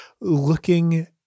looking